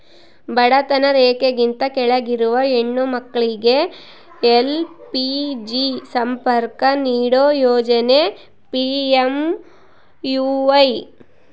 ಬಡತನ ರೇಖೆಗಿಂತ ಕೆಳಗಿರುವ ಹೆಣ್ಣು ಮಕ್ಳಿಗೆ ಎಲ್.ಪಿ.ಜಿ ಸಂಪರ್ಕ ನೀಡೋ ಯೋಜನೆ ಪಿ.ಎಂ.ಯು.ವೈ